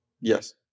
Yes